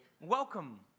welcome